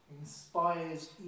inspires